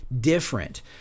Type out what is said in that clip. different